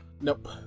Nope